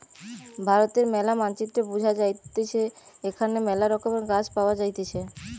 ভারতের ম্যালা মানচিত্রে বুঝা যাইতেছে এখানে মেলা রকমের গাছ পাওয়া যাইতেছে